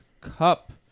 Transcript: Cup